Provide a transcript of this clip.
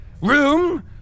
room